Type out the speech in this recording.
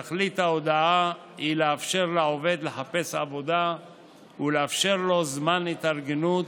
תכלית ההודעה היא לאפשר לעובד לחפש עבודה ולאפשר לו זמן התארגנות